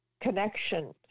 connection